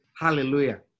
Hallelujah